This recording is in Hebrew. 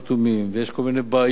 ויש כל מיני בעיות טכניות,